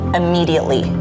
immediately